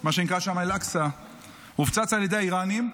מה שנקרא שם אל-אקצא הופצץ על ידי האיראנים,